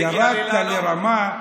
אבל ירדת לרמה,